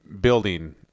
building